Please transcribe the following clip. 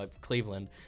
Cleveland